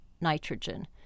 nitrogen